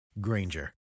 Granger